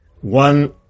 one